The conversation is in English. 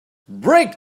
break